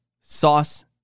sauce